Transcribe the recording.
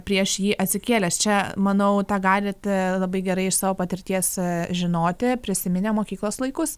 prieš jį atsikėlęs čia manau tą galit labai gerai iš savo patirties žinoti prisiminę mokyklos laikus